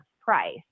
price